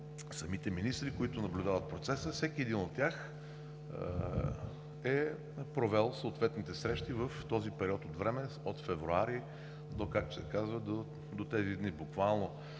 самите министри, които наблюдават процеса, всеки един от тях е провел съответните срещи в този период от време – от февруари до тези дни буквално.